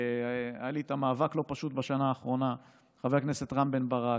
היה לי איתם מאבק לא פשוט בשנה האחרונה: חבר הכנסת רם בן ברק,